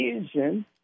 vision—